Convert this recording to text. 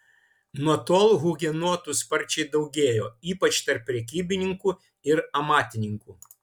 nuo tol hugenotų sparčiai daugėjo ypač tarp prekybininkų ir amatininkų